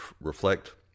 reflect